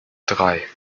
drei